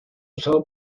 usado